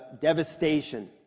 devastation